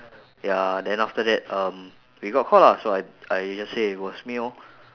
ya then after that um we got caught lah so I I just say it was me lor